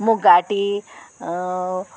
मुगाटी